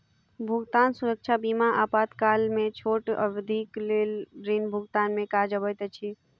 भुगतान सुरक्षा बीमा आपातकाल में छोट अवधिक लेल ऋण भुगतान में काज अबैत अछि